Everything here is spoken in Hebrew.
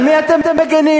על מי אתם מגינים?